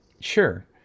Sure